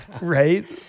Right